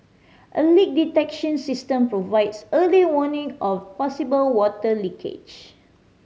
a leak detection system provides early warning of possible water leakage